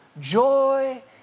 Joy